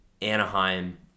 Anaheim